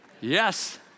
Yes